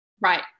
Right